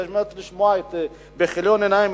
באמת בכיליון עיניים,